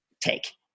take